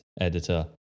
editor